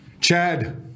Chad